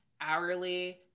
hourly